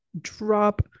drop